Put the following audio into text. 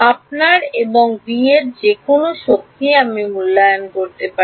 আপনার এবং v এর যে কোনও শক্তি আমি মূল্যায়ন করতে পারি